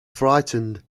frightened